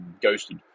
ghosted